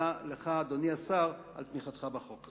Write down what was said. אדוני השר, תודה לך על תמיכתך בחוק.